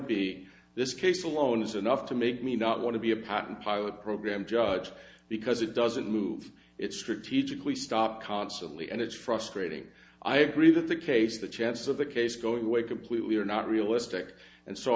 be this case alone is enough to make me not want to be a patent pilot program judge because it doesn't move it strategically stop constantly and it's frustrating i agree that the case the chances of the case go away completely are not realistic and so